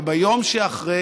וביום שאחרי,